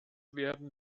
werden